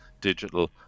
digital